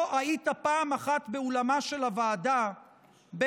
לא היית פעם אחת באולמה של הוועדה בדיון,